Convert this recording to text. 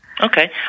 Okay